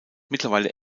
mittlerweile